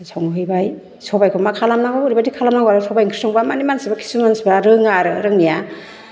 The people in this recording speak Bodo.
संहैबाय सबाइखौ मा खालामनांगौ ओरैबायदि खालामनांगौ आरो सबाइ ओंख्रि संबा माने मानसि खिसु मानसिफ्रा रोङा आरो रोङैया